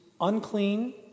unclean